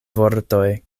vortoj